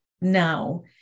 now